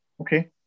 okay